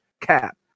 cap